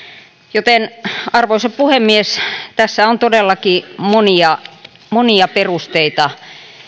arvoisa puhemies tässä on todellakin monia monia perusteita